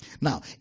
Now